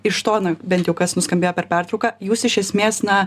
iš to na bent jau kas nuskambėjo per pertrauką jūs iš esmės na